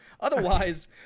Otherwise